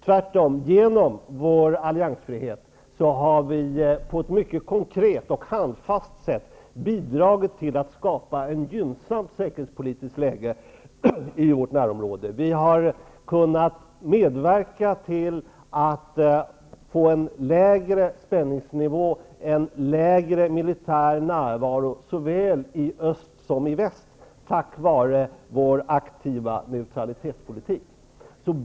Tvärtom har vi genom vår alliansfrihet på ett mycket konkret och handfast sätt bidragit till att skapa ett gynnsamt säkerhetspolitiskt läge i vårt närområde. Vi har kunnat medverka till att få en lägre spänningsnivå och en lägre militär närvaro i såväl öst som väst tack vare vår aktiva neutralitetspolitik.